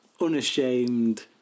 unashamed